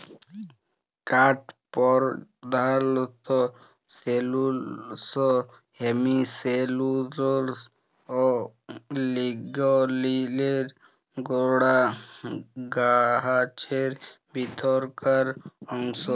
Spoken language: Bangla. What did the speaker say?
কাঠ পরধালত সেলুলস, হেমিসেলুলস অ লিগলিলে গড়া গাহাচের ভিতরকার অংশ